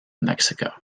mexico